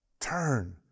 turn